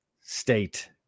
state